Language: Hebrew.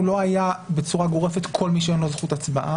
הוא לא היה בצורה גורפת לגבי כל מי שאין לו זכות הצבעה,